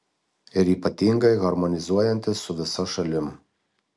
ir ypatingai harmonizuojantis su visa šalim